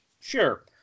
sure